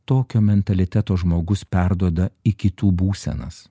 tokio mentaliteto žmogus perduoda į kitų būsenas